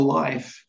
life